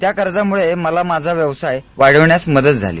त्या कर्जामुळे मला माझा व्यवसाय वाढविण्यास मदत झाली